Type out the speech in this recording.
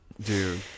dude